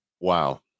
Wow